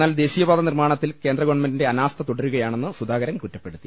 എന്നാൽ ദേശീയപാത നിർമ്മാണത്തിൽ കേന്ദ്രഗവൺമെന്റിന്റെ അനാസ്ഥ തുടരുകയാണെന്ന് സുധാകരൻ കുറ്റപ്പെടുത്തി